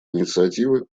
инициативы